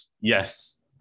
Yes